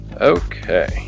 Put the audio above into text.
Okay